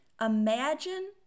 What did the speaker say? Imagine